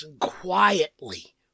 quietly